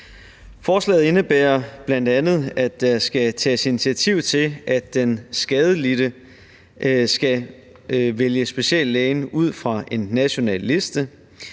Forslaget indebærer bl.a., at der skal tages initiativ til, at den skadelidte skal vælge speciallægen ud fra en national liste,